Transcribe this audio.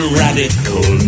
radical